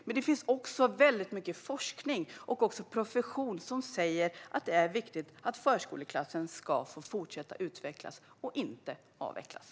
Men det finns också väldigt mycket forskning och profession som säger att det är viktigt att förskoleklassen får fortsätta utvecklas och inte avvecklas.